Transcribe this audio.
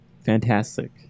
Fantastic